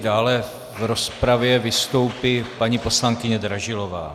Dále v rozpravě vystoupí paní poslankyně Dražilová.